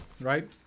right